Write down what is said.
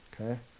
Okay